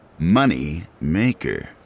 Moneymaker